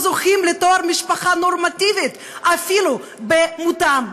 זוכים לתואר משפחה נורמטיבית אפילו במותם.